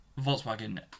Volkswagen